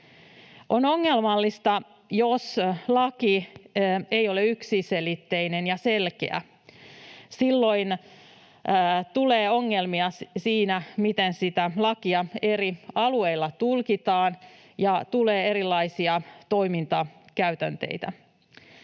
On ongelmallista, jos laki ei ole yksiselitteinen ja selkeä. Silloin tulee ongelmia siinä, miten sitä lakia eri alueilla tulkitaan, ja tulee erilaisia toimintakäytänteitä.